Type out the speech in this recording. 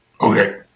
Okay